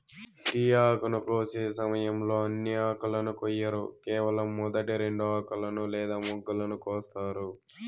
tea ఆకును కోసే సమయంలో అన్ని ఆకులను కొయ్యరు కేవలం మొదటి రెండు ఆకులను లేదా మొగ్గలను కోస్తారు